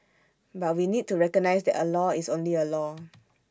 but we need to recognise that A law is only A law